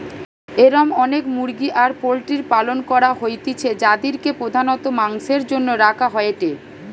এরম অনেক মুরগি আর পোল্ট্রির পালন করা হইতিছে যাদিরকে প্রধানত মাংসের জন্য রাখা হয়েটে